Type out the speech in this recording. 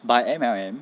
by M_L_M